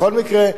בכל מקרה,